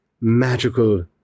magical